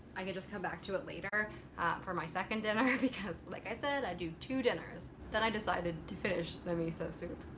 i can just come back to it later for my second dinner because, like i said, i eat two dinners. then i decided to finish my miso soup.